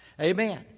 Amen